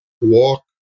walk